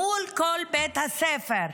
מול כל בית הספר.